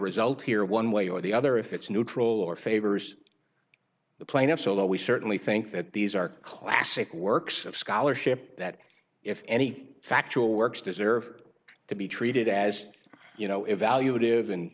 result here one way or the other if it's neutral or favors the plaintiffs although we certainly think that these are classic works of scholarship that if any factual works deserve to be treated as you know evaluat